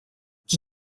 qui